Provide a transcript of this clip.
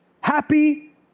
happy